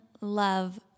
love